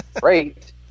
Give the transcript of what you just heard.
Great